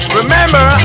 remember